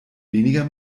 weniger